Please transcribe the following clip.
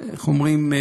איך אומרים,